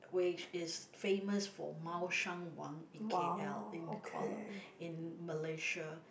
which is famous for Mao Shan Wang in k_l in the Kuala in Malaysia